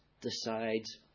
decides